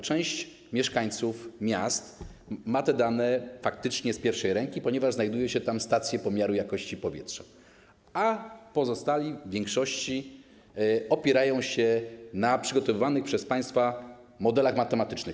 Część mieszkańców miast ma te dane faktycznie z pierwszej ręki, ponieważ znajdują się tam stacje pomiaru jakości powietrza, a pozostali w większości opierają się na przygotowywanych przez państwa modelach matematycznych.